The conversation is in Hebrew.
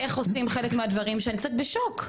שאני קצת בשוק.